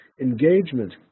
engagement